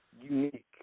unique